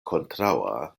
kontraŭa